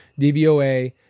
DVOA